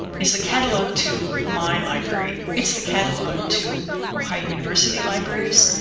is the catalog to my library. it's the catalog to ohio university libraries,